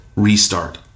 restart